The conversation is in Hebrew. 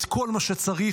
את כל מה שצריך,